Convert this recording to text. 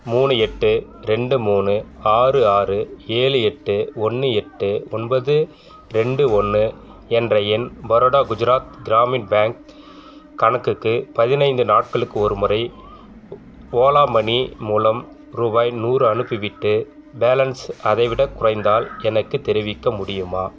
மூணு எட்டு ரெண்டு மூணு ஆறு ஆறு ஏழு எட்டு ஒன்று எட்டு ஒன்பது ரெண்டு ஒன்று என்ற என் பரோடா குஜராத் கிராமின் பேங்க் கணக்குக்கு பதினைந்து நாட்களுக்கு ஒருமுறை ஓலா மனி மூலம் ரூபாய் நூறு அனுப்பிவிட்டு பேலன்ஸ் அதைவிடக் குறைந்தால் எனக்குத் தெரிவிக்க முடியுமா